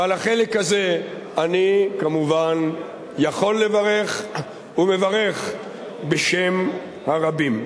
ועל החלק הזה אני כמובן יכול לברך ומברך בשם הרבים.